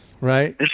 right